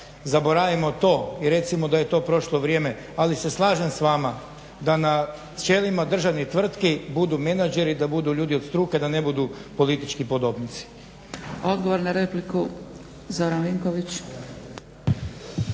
zaboravimo to i recimo da je to prošlo vrijeme. Ali se slažem s vama da na čelima državnih tvrtki budu menađeri, da budu ljudi od struke, da ne budu politički podobnici.